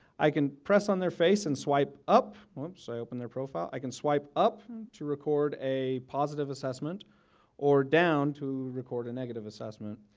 i can press on their face and swipe up, so i open their profile. i can swipe up to record a positive assessment or down to record a negative assessment.